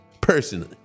personally